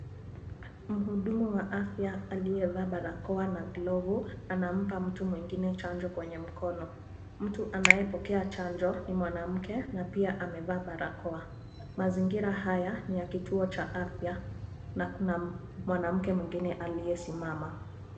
Mhudumu wa afya aliyevaa barakoa na glovu, anampa mtu mwengine chanjo kwenye mkono. Mtu anayepokea chanjo ni mwanamke na pia amevaa barakoa. Mazingira haya ni ya kituo cha afya na kuna mwanamke mwengine aliyesimama.